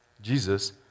Jesus